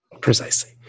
Precisely